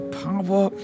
power